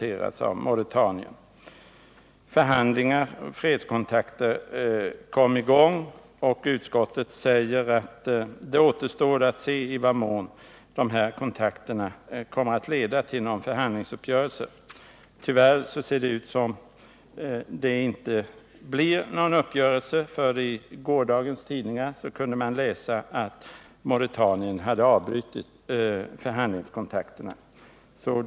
Fredskontakter togs också upp med Mauretanien. I utskottsbetänkandet säger man att det återstår att se i vad mån dessa fredskontakter kommer att leda till någon förhandlingsuppgörelse. Tyvärr ser det ut som om det inte skulle kunna bli någon uppgörelse. I gårdagens tidningar kunde man nämligen läsa att Mauretanien brutit förhandlingskontakterna.